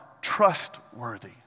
trustworthy